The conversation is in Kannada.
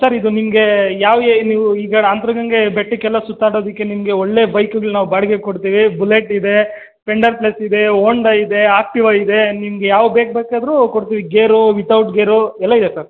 ಸರ್ ಇದು ನಿಮಗೆ ಯಾವ ಎ ನೀವು ಈ ಗಾಡಿ ಅಂತರಗಂಗೆ ಬೆಟ್ಟಕ್ಕೆಲ್ಲ ಸುತ್ತಾಡೋದಕ್ಕೆ ನಿಮಗೆ ಒಳ್ಳೆಯ ಬೈಕುಗಳ್ ನಾವು ಬಾಡಿಗೆ ಕೊಡ್ತೀವೀ ಬುಲೆಟ್ ಇದೇ ಸ್ಪ್ಲೆಂಡರ್ ಪ್ಲಸ್ ಇದೆ ಓಂಡಾ ಇದೆ ಆಕ್ಟಿವ ಇದೆ ನಿಮಗೆ ಯಾವ ಬೇಕ್ ಬೇಕಾದರೂ ಕೊಡ್ತೀವಿ ಗೇರೂ ವಿತೌಟ್ ಗೇರೂ ಎಲ್ಲ ಇದೆ ಸರ್